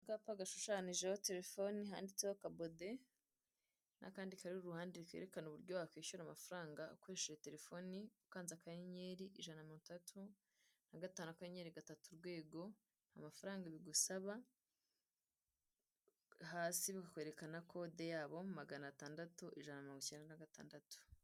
Akapa yashushanijeho telefoni handitseho kabode n'akandi kari uruhande kerekana uburyo wakwishyura amafaranga ukoresheje telefoni ukanza akayenyeri ijana na mirongo itandatu na gatanu akanyeri gatatu urwego amafaranga bigusaba, hasi bikakwereka na kode yabo maganatandatu ijana na mirongo icyenda na gatandatu.